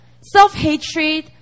self-hatred